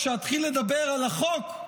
כשאתחיל לדבר על החוק,